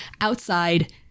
outside